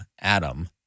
Adam